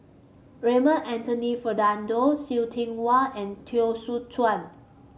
Raymond Anthony Fernando See Tiong Wah and Teo Soon Chuan